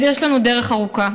אז יש לנו דרך ארוכה,